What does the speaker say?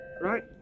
Right